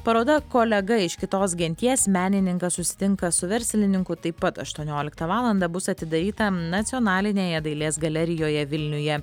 paroda kolega iš kitos genties menininkas susitinka su verslininku taip pat aštuonioliktą valandą bus atidaryta nacionalinėje dailės galerijoje vilniuje